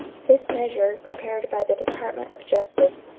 this measure, prepared by the department of justice,